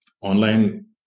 online